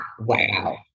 Wow